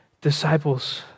disciples